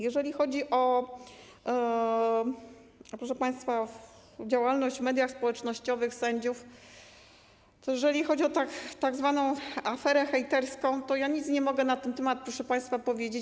Jeżeli chodzi, proszę państwa, o działalność w mediach społecznościowych sędziów, to jeżeli chodzi o tzw. aferę hejterską, to ja nic nie mogę na ten temat powiedzieć.